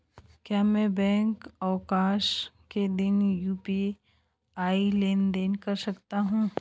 क्या मैं बैंक अवकाश के दिन यू.पी.आई लेनदेन कर सकता हूँ?